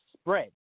spread